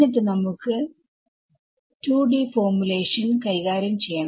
എന്നിട്ട് നമുക്ക് 2D formulation കൈകാര്യം ചെയ്യണം